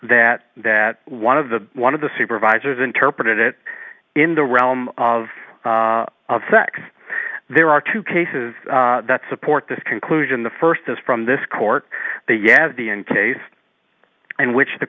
that that one of the one of the supervisors interpreted it in the realm of of sex there are two cases that support this conclusion the first is from this court that yes the in case and which the